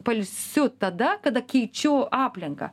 pailsiu tada kada keičiu aplinką